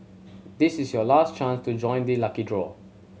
this is your last chance to join the lucky draw